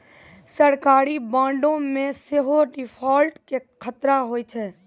सरकारी बांडो मे सेहो डिफ़ॉल्ट के खतरा होय छै